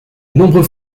nombreux